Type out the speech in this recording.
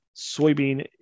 soybean